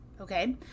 Okay